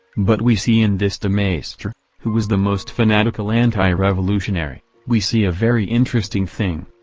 but we see in this demaistre, who was the most fanatical anti-revolutionary, we see a very interesting thing.